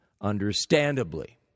understandably